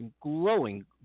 glowing